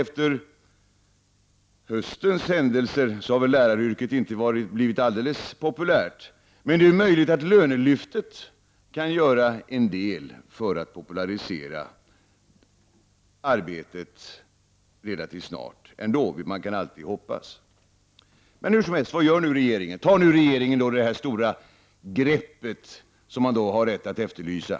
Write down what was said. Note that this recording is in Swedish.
Efter höstens händelser är det klart att läraryrket inte har blivit så populärt, men det är möjligt att lönelyftet kan göra en del för att popularisera läraryrket relativt snart. Man kan alltid hoppas på det. Hur som helst — vad gör då regeringen? Tar regeringen det kraftfulla grepp som vi har rätt att efterlysa?